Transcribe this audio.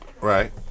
Right